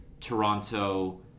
toronto